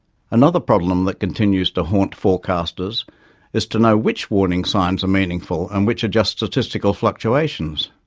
another problem that continues to haunt forecasters is to know which warning signs are meaningful and which are just statistical fluctuations.